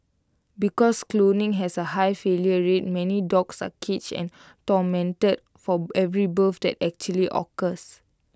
because cloning has A high failure rate many dogs are caged and tormented for every birth that actually occurs